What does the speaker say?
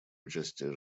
участия